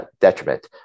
detriment